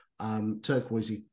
turquoisey